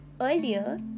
Earlier